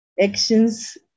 actions